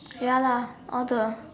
ya lah all the